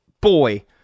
Boy